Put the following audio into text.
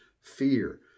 fear